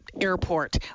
airport